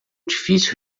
difícil